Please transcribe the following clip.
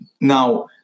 Now